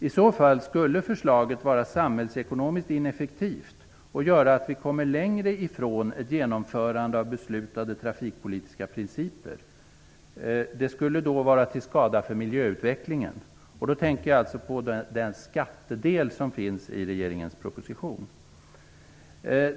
I så fall skulle förslaget vara samhällsekonomiskt ineffektivt och göra att vi kommer längre ifrån ett genomförande av beslutade trafikpolitiska principer. Det skulle då vara till skada för miljöutvecklingen. Jag tänker då på den skattedel som finns i regeringens proposition.